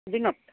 দিনত